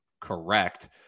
correct